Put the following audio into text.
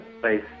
place